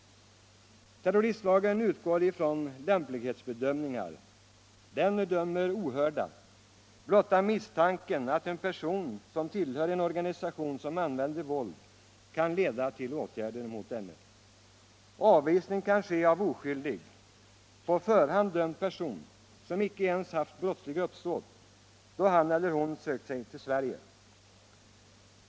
Terroristlagen utgår från lämplighetsbedömningar. Den dömer ohörda; blotta misstanken att en person tillhör en organisation som använder våld kan leda till åtgärder mot denne. Avvisning kan ske av oskyldig och på förhand dömd person som inte ens haft brottsligt uppsåt då han eller hon sökt sig till Sverige.